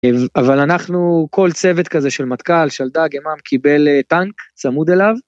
אבל אנחנו כל צוות כזה של מטכ״ל שלדג ימ"מ קיבל טנק צמוד אליו.